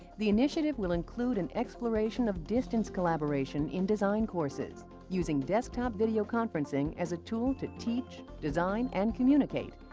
the initiative will include an exploration of distance collaboration in design courses using desktop video conferencing as a tool to teach, design, and communicate.